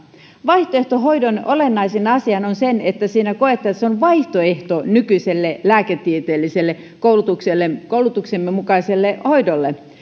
vaihtoehtohoidon olennaisin asia on se että koetaan että se on vaihtoehto nykyiselle lääketieteellisen koulutuksemme mukaiselle hoidolle kyse ei